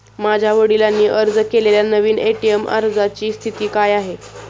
माझ्या वडिलांनी अर्ज केलेल्या नवीन ए.टी.एम अर्जाची स्थिती काय आहे?